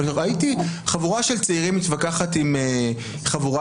אבל ראיתי חבורה של צעירים מתווכחת עם חבורה